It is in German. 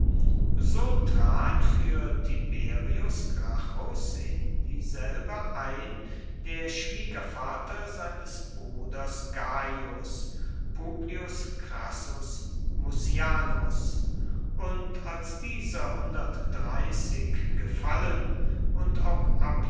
so trat für tiberius gracchus in dieselbe ein der schwiegervater seines bruders gaius publius crassus mucianus und als dieser gefallen und auch